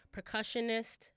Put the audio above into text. percussionist